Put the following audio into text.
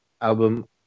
album